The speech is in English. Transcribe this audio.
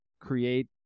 create